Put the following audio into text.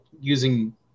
using